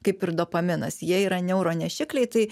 kaip ir dopaminas jie yra neuronešikliai tai